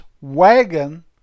wagon